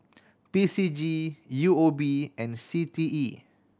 P C G U O B and C T E